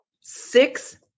six